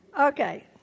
Okay